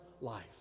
life